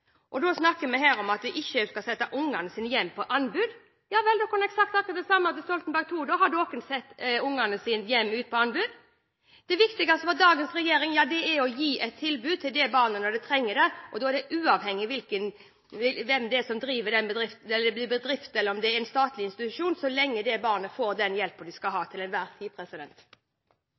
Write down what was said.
snakker en her om at en ikke skal sette ungene ut på anbud. Vel, da kan jeg si at det samme ble gjort under Stoltenberg II. Også da ble noen unger satt ut på anbud. Det viktigste for dagens regjering er å gi barnet et tilbud når det trenger det, uavhengig av om tilbudet er fra en bedrift eller fra en statlig institusjon – så lenge barnet får den hjelpen det til enhver tid skal ha. Jeg er litt overrasket, men det går sikkert over når jeg får